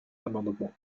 amendements